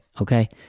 okay